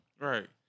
Right